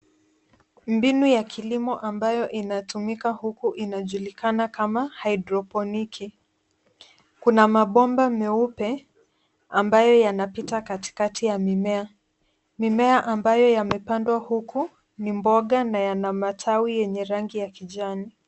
Mbinu ya kilimo ambayo inatumika huku inajulikana kama hidroponiki. Kuna mabomba meupe ambayo yanapita katikati ya mimea. Mimea ambayo yamepandwa huku ni mboga na yana matawi yenye rangi ya kijani.